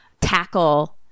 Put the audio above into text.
tackle